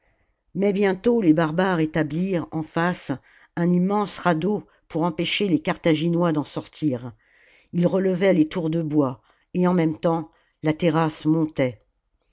mais bientôt les barbares établirent en face un immense radeau pour empêcher les carthaginois d'en sortir ils relevaient les tours de bois et en même temps la terrasse montait